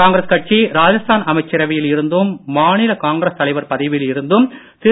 காங்கிரஸ் கட்சி ராஜஸ்தான் அமைச்சரவையில் இருந்தும் மாநில காங்கிரஸ் தலைவர் பதவியில் இருந்தும் திரு